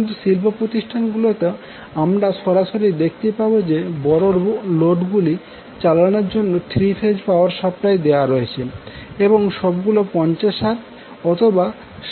কিন্তু শিল্পপ্রতিষ্ঠান গুলিতে আমরা সরাসরি দেখতে পাবো যে বড় লোড গুলি চালানোর জন্য 3 ফেজ পাওয়ার সাপ্লাই দেওয়া রয়েছে এবং সবগুলো 50 Hz অথবা